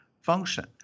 function